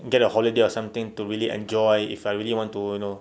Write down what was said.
get a holiday or something to really enjoy if I really want to you know